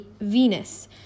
Venus